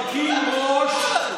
יש דמוקרטיה,